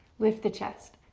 lift the chest.